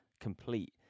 complete